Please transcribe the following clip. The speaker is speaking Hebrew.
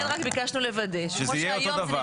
ולכן רק ביקשנו לוודא --- שזה יהיה אותו דבר.